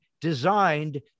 designed